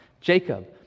Jacob